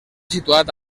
situat